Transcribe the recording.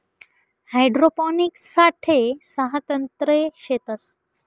hydroponics साठे सहा तंत्रे शेतस